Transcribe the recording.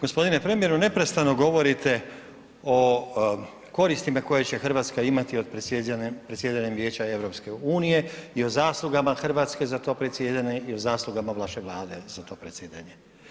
G. premijeru, neprestano govorite o koristima koje će Hrvatska imati od predsjedanjem Vijeća EU-a i o zaslugama Hrvatske za to predsjedanje i o zaslugama vaše Vlade za to predsjedanje.